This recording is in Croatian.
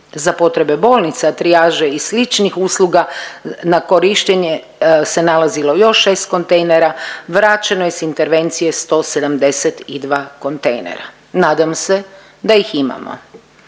za potrebe bolnica, trijaže i sličnih usluga na korištenje se nalazilo još 6 kontejnera, vraćeno je s intervencije 172 kontejnera. Nadam se da ih imamo.